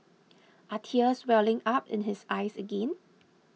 are tears welling up in his eyes again